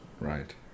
Right